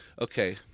Okay